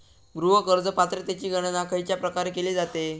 गृह कर्ज पात्रतेची गणना खयच्या प्रकारे केली जाते?